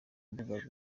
mbuga